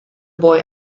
boy